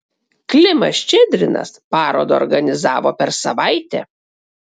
klimas ščedrinas parodą organizavo per savaitę